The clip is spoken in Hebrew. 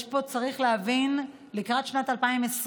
יש פה, צריך להבין, לקראת שנת 2020,